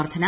വർദ്ധന